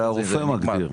זה הרופא מגדיר,